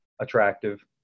attractive